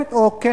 אוגפת או עוקפת.